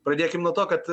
pradėkim nuo to kad